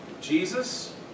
Jesus